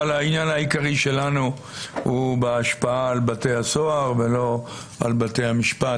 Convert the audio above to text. אבל העניין העיקרי שלנו הוא בהשפעה על בתי הסוהר ולא על בתי המשפט,